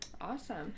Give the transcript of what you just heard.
Awesome